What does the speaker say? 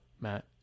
Matt